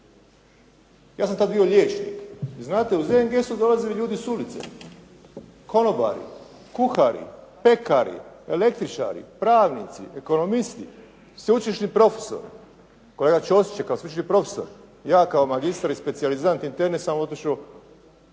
Ja sam tad bio liječnik. Znate, u ZNG su dolazili ljudi s ulice, konobari, kuhari, pekari, električari, pravnici, ekonomisti, sveučilišni profesori, kolega Ćosić je kao sveučilišni profesor, ja kao magistar i specijalizant interne sam otišao